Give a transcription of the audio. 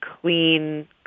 clean